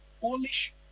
Polish